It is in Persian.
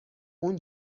اون